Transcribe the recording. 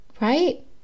right